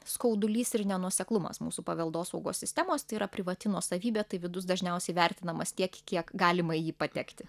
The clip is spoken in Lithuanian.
skaudulys ir nenuoseklumas mūsų paveldosaugos sistemos tai yra privati nuosavybė tai vidus dažniausiai vertinamas tiek kiek galima į jį patekti